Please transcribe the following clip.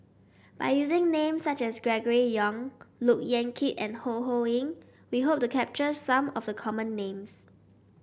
by using names such as Gregory Yong Look Yan Kit and Ho Ho Ying we hope to capture some of the common names